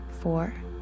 four